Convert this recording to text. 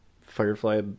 firefly